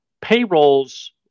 Payrolls